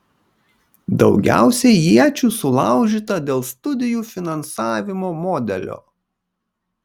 daugiausiai iečių sulaužyta dėl studijų finansavimo modelio